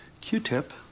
Q-tip